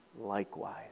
likewise